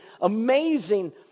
amazing